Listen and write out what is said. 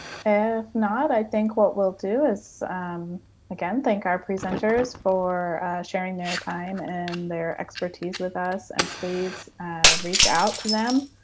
if not, i think what we'll do is um again thank our presenters for sharing their time and their expertise with us. and please reach out to them.